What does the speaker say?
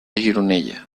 gironella